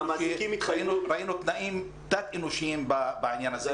ראינו תנאים תת אנושיים בעניין הזה.